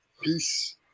Peace